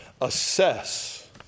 assess